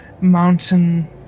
mountain